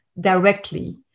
directly